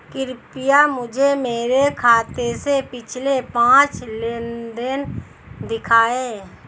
कृपया मुझे मेरे खाते से पिछले पांच लेनदेन दिखाएं